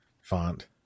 font